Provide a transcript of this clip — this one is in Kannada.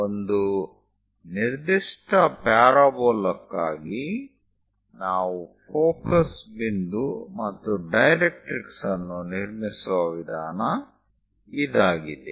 ಒಂದು ನಿರ್ದಿಷ್ಟ ಪ್ಯಾರಾಬೋಲಾ ಕ್ಕಾಗಿ ನಾವು ಫೋಕಸ್ ಬಿಂದು ಮತ್ತು ಡೈರೆಟ್ರಿಕ್ಸ್ ಅನ್ನು ನಿರ್ಮಿಸುವ ವಿಧಾನ ಇದಾಗಿದೆ